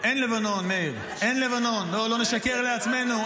אין לבנון, מאיר, לא נשקר לעצמנו.